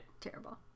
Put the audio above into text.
terrible